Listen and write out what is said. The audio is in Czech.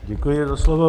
Děkuji za slovo.